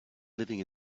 living